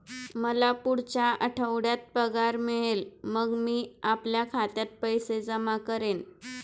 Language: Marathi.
मला पुढच्या आठवड्यात पगार मिळेल मग मी आपल्या खात्यात पैसे जमा करेन